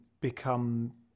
become